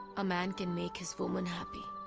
a man can make his woman happy.